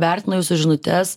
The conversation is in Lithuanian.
vertinu jūsų žinutes